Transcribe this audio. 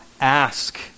ask